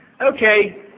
okay